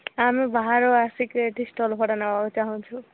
ଆମେ ବାହାରୁ ଆସିକି ଏଇଠି ଷ୍ଟଲ ଭଡ଼ାକୁ ନେବାକୁ ଚାହୁଁଛୁ